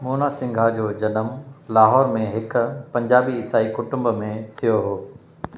मोना सिंघा जो जनमु लाहौर में हिक पंजाबी ईसाई कुटुंब में थियो हो